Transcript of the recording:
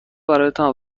برایتان